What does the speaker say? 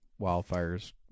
wildfires